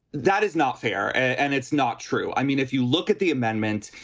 that is not fair and it's not true. i mean, if you look at the amendment,